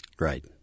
Right